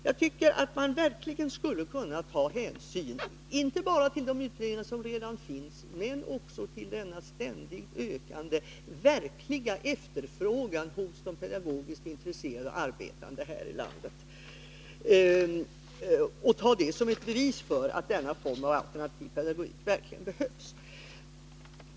Jag tycker verkligen att man skulle kunna ta hänsyn inte bara till de utredningar som redan finns utan också till denna ständigt ökande verkliga efterfrågan hos de pedagogiskt intresserade och arbetande här i landet, och ta detta som ett bevis för att denna form av alternativ pedagogik verkligen behövs.